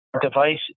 device